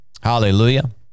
Hallelujah